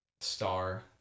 star